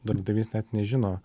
darbdavys net nežino